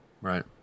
Right